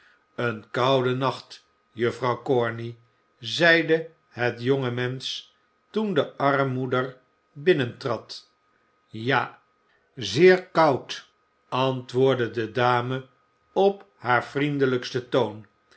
eene koude nacht juffrouw corney zeide het jonge mensch toen de armmoeder binnentrad ja zeer koud antwoordde de dame op haar vriendelijksten toon